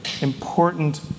Important